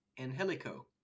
Angelico